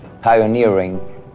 pioneering